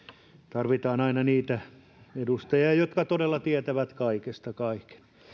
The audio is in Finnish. tarvitaan aina niitä edustajia jotka todella tietävät kaikesta kaiken